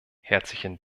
herzlichen